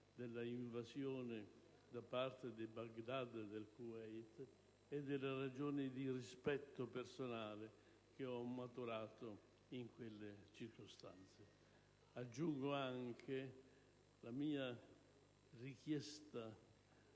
del Kuwait da parte di Baghdad, e le ragioni di rispetto personale che ho maturato in quelle circostanze. Aggiungo, infine, la mia richiesta